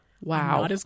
Wow